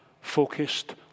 focused